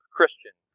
Christian